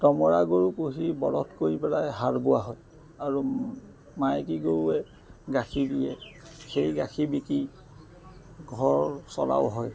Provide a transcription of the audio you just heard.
দমৰা গৰু পুহি বলধ কৰি পেলাই হাল বোৱা হয় আৰু মাইকী গৰুৱে গাখীৰ দিয়ে সেই গাখীৰ বিকি ঘৰ চলাও হয়